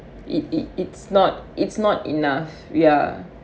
it it it's not it's not enough ya